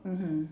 mmhmm